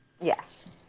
Yes